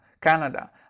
Canada